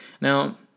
Now